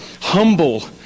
humble